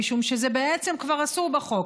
משום שזה בעצם כבר אסור בחוק,